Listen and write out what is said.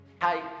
Hi